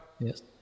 Yes